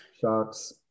Sharks